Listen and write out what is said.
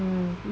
mm